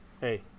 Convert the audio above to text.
hey